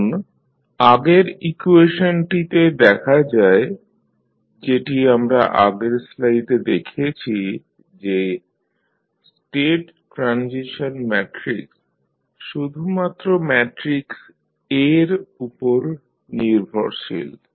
এখন আগের ইকুয়েশনটিতে দেখা যায় যেটি আমরা আগের স্লাইডে দেখেছি যে স্টেট ট্রানজিশন ম্যাট্রিক্স শুধুমাত্র ম্যাট্রিক্স A এর উপর নির্ভরশীল